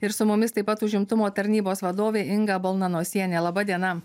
ir su mumis taip pat užimtumo tarnybos vadovė inga balnanosienė laba diena